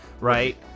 right